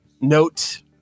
note